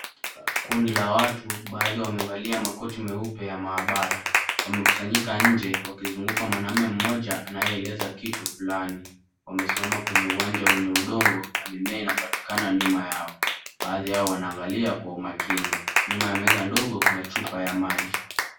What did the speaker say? Kundi la watu, baadhi wamevalia koti nyeupe ya maabara. Wamekusanyika nje wakizunguka mwanamme mmoja anayeeleza kitu fulani. Wamesimama kwenye uwanja wenye udongo na mimea inapatikana nyuma yao. Baadhi yao wanaangalia kwa umakini. Nyuma yao kuna chupa ya maji.